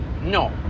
No